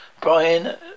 Brian